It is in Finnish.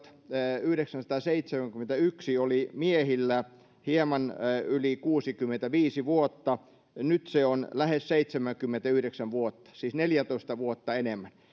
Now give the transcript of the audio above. tuhatyhdeksänsataaseitsemänkymmentäyksi oli miehillä hieman yli kuusikymmentäviisi vuotta nyt se on lähes seitsemänkymmentäyhdeksän vuotta siis neljätoista vuotta enemmän